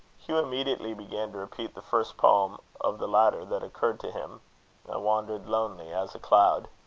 hugh immediately began to repeat the first poem of the latter that occurred to him i wandered lonely as a cloud.